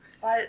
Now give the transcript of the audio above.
weil